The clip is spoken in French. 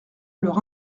leur